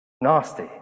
Nasty